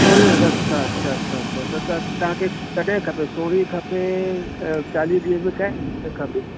सोरहीं अगस्त खां अच्छा अच्छा अच्छा त तव्हां खे कॾहिं खपे सोरहीं खपे चालीहे ॾींहं में कंहिं ॾींहुं खपे